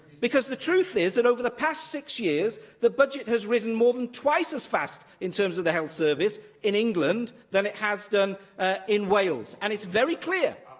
because the truth is that, over the past six years, the budget has risen more than twice as fast in terms of the health service in england than it has done in wales, and it's very clear